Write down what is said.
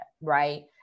right